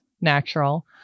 natural